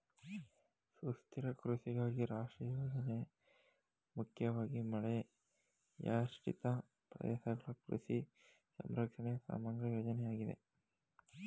ಸುಸ್ಥಿರ ಕೃಷಿಗಾಗಿ ರಾಷ್ಟ್ರೀಯ ಯೋಜನೆ ಮುಖ್ಯವಾಗಿ ಮಳೆಯಾಶ್ರಿತ ಪ್ರದೇಶಗಳ ಕೃಷಿ ಸಂರಕ್ಷಣೆಯ ಸಮಗ್ರ ಯೋಜನೆಯಾಗಿದೆ